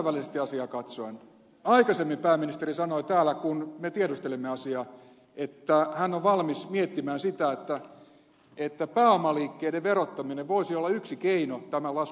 kansainvälisesti asiaa katsoen aikaisemmin pääministeri sanoi täällä kun me tiedustelimme asiaa että hän on valmis miettimään sitä että pääomaliikkeiden verottaminen voisi olla yksi keino tämän laskun maksamisessa